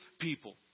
people